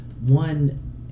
One